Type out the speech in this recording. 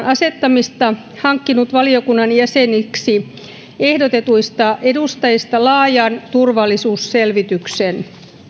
asettamista hankkinut valiokunnan jäseniksi ehdotetuista edustajista laajan turvallisuusselvityksen